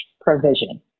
provision